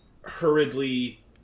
hurriedly